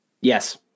Yes